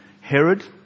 Herod